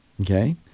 Okay